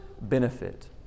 benefit